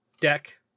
deck